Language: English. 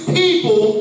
people